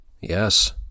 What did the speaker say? Yes